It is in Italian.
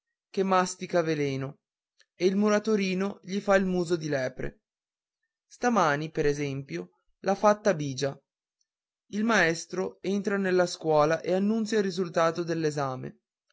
che mastica veleno e il muratorino gli fa il muso di lepre stamani per esempio l'ha fatta bigia il maestro entra nella scuola e annunzia il risultato